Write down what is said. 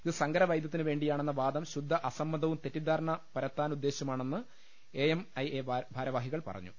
ഇത് സങ്കരവൈദ്യത്തിനു വേണ്ടിയാണെന്ന വാദം ശുദ്ധ അസംബന്ധവും തെറ്റിദ്ധാരണ പരത്താനുദ്ദേശിച്ചുമാ ണെന്ന് എ എം എ ഐ ഭാരവാഹികൾ പറഞ്ഞു